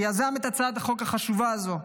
שיזם את הצעת החוק החשובה הזאת,